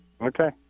Okay